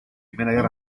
guerra